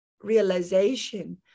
realization